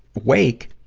wake,